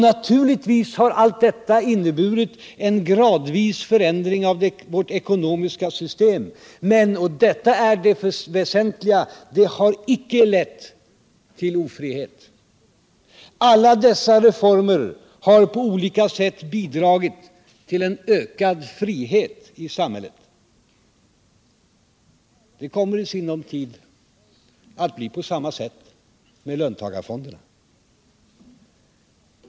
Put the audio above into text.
Naturligtvis har allt detta Finansdebatt Finansdebatt inneburit en gradvis förändring av vårt ekonomiska system, men — och detta är det väsentliga — det har icke lett till ofrihet. Alla dessa reformer har i stället på olika sätt bidragit till en ökad frihet i samhället. Det kommer i sinom tid att bli på samma sätt med löntagarfonderna.